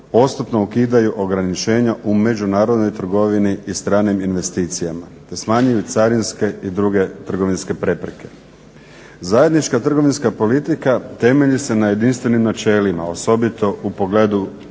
postupno ukidaju ograničenja u međunarodnoj trgovini i stranim investicijama te smanjuju carinske i druge trgovinske prepreke. Zajednička trgovinska politika temelji se na jedinstvenim načelima osobito u pogledu